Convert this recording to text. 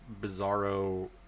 bizarro